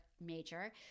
major